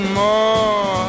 more